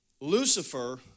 Lucifer